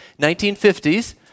1950s